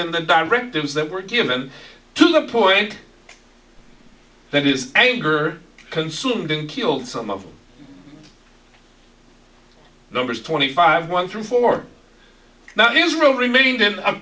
and the directives that were given to the point that is anger consumed and killed some of numbers twenty five one through four that israel remained in